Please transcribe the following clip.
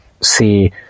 see